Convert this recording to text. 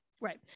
Right